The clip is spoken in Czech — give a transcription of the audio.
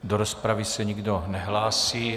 Do rozpravy se nikdo nehlásí.